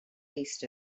east